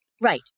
Right